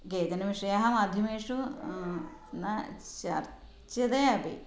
केचनविषयाः माध्यमेषु न चर्च्यन्ते अपि